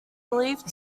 believed